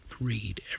read